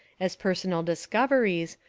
as personal discoveries,